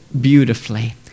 beautifully